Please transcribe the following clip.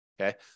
okay